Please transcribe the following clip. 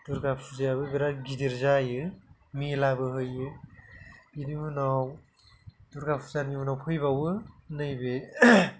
दुर्गा फुाजायाबो बिराद गिदिर जायो मेलाबो होयो बेनि उनाव दुर्गा फुजानि उनाव फैबावो नैबे